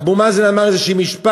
אבו מאזן אמר איזה משפט,